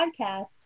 podcast